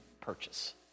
purchase